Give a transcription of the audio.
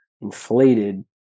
inflated